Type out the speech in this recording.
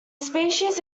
species